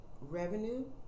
revenue